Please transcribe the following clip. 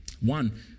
One